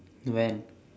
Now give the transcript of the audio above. when